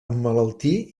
emmalaltir